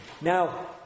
Now